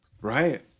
right